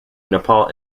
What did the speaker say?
nepal